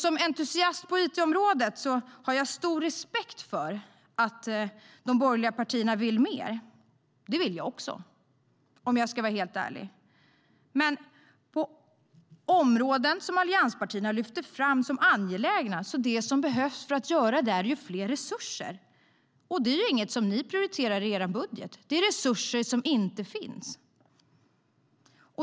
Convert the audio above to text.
Som entusiast på it-området har jag stor respekt för att de borgerliga partierna vill mer - det vill jag också, om jag ska vara helt ärlig - men på de områden som allianspartierna lyfter fram som angelägna krävs ytterligare resurser, och det är inget som de själva prioriterar i sin budget. Det är resurser som inte finns.